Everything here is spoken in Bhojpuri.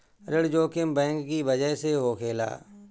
ऋण जोखिम बैंक की बजह से होखेला